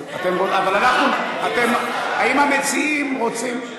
אבל האם המציעים רוצים,